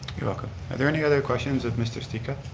you're welcome. are there any other question of mr. sticca?